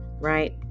right